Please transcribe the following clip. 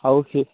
আৰু সেই